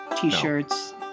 t-shirts